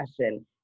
passion